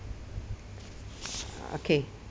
okay